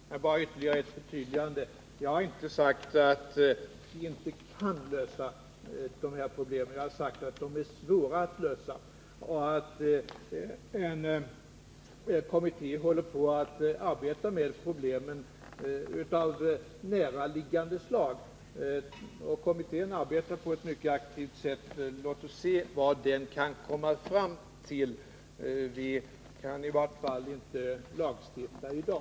Herr talman! Jag vill bara göra ytterligare ett förtydligande. Jag har inte sagt att vi inte kan lösa dessa problem. Jag har sagt att de är svåra att lösa och att en kommitté håller på att arbeta med problem av näraliggande slag. Kommittén arbetar på ett mycket aktivt sätt, och låt oss se vad den kan komma fram till. Vi kan i vart fall inte lagstifta i dag.